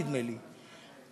נדמה לי,